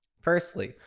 Firstly